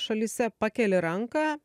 šalyse pakeli ranką